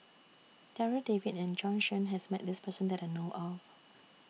Darryl David and Bjorn Shen has Met This Person that I know of